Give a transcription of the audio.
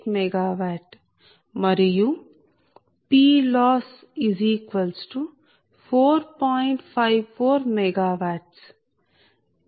54 MW